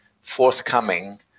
forthcoming